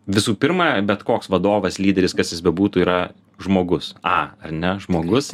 visų pirma bet koks vadovas lyderis kas jis bebūtų yra žmogus a ar ne žmogus